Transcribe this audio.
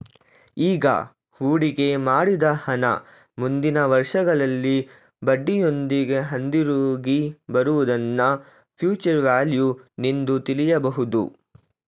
ಈಗ ಹೂಡಿಕೆ ಮಾಡಿದ ಹಣ ಮುಂದಿನ ವರ್ಷಗಳಲ್ಲಿ ಬಡ್ಡಿಯೊಂದಿಗೆ ಹಿಂದಿರುಗಿ ಬರುವುದನ್ನ ಫ್ಯೂಚರ್ ವ್ಯಾಲ್ಯೂ ನಿಂದು ತಿಳಿಯಬಹುದು